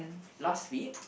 last week